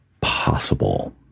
possible